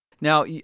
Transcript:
Now